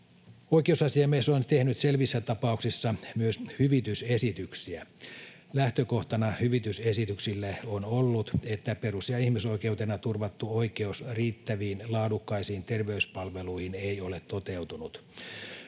Oikeusasiamies on tehnyt selvissä tapauksissa myös hyvitysesityksiä. Lähtökohtana hyvitysesityksille on ollut, että perus- ja ihmisoikeutena turvattu oikeus riittäviin, laadukkaisiin terveyspalveluihin ei ole toteutunut.